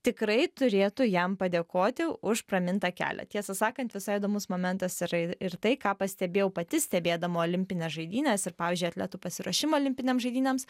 tikrai turėtų jam padėkoti už pramintą kelią tiesą sakant visai įdomus momentas yra ir tai ką pastebėjau pati stebėdama olimpines žaidynes ir pavyzdžiui atletų pasiruošimą olimpinėms žaidynėms